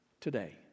today